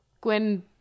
Gwen